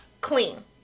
Clean